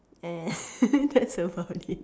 and that's about it